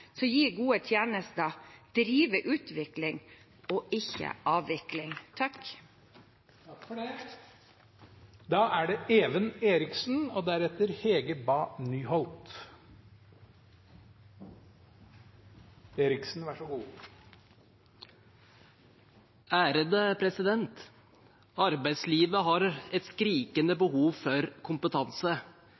gode tjenester, drive utvikling og ikke avvikling. Arbeidslivet har et skrikende behov for